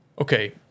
Okay